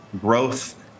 growth